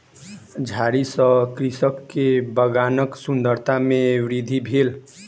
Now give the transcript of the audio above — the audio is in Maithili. झाड़ी सॅ कृषक के बगानक सुंदरता में वृद्धि भेल